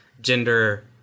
gender